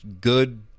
good